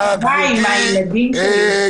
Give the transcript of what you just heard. אם אני באה עם הילדים שלי, אני